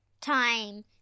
time